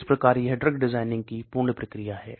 इस प्रकार यह ड्रग डिजाइनिंग की पूर्ण प्रक्रिया है